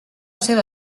seva